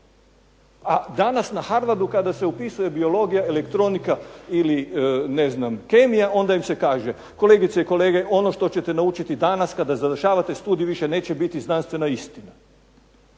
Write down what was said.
A danas na Harvardu kada se upisuje biologija, elektronika ili kemija onda im se kaže kolegice i kolege ono što ćete završiti danas kada završavate studij više neće biti znanstvena istina.